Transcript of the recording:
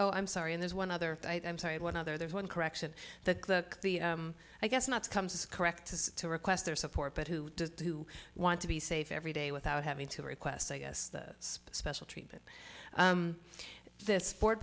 oh i'm sorry and there's one other i'm sorry one other there's one correction the i guess not comes as correct as to request their support but who do want to be safe every day without having to request i guess the special treatment this